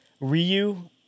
ryu